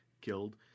killed